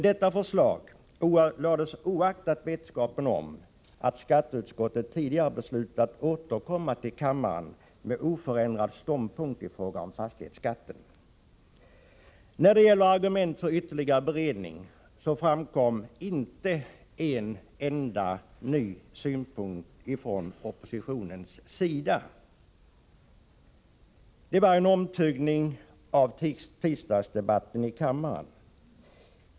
Detta förslag lades fram oaktat vetskapen om att skatteutskottet tidigare hade beslutat att återkomma till kammaren med oförändrad ståndpunkt i fråga om fastighetsskatten. När det gäller argument för ytterligare beredning framkom inte en enda ny synpunkt från oppositionens sida. Det var en omtuggning av tisdagsdebatten i kammaren.